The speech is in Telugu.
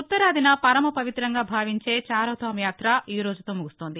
ఉత్తరాదిన పరమ పవిత్రంగా భావించే ఛార్థామ్ యాత ఈ రోజు తో ముగుస్తోంది